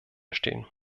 stehen